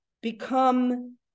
become